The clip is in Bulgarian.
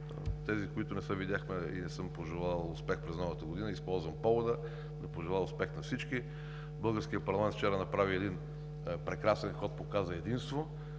Тези, с които не се видяхме и не съм пожелал успех през Новата година, използвам повода да пожелая успех на всички! Българският парламент вчера направи един прекрасен ход – показа единство